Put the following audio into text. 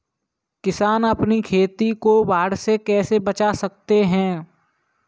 किसान अपनी खेती को बाढ़ से कैसे बचा सकते हैं?